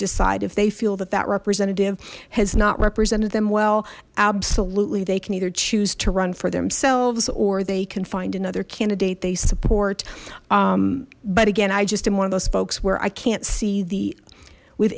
decide if they feel that that representative has not represented them well absolutely they can either choose to run for themselves or they can find another candidate they support but again i just in one of those folks where i can't see the with